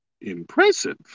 impressive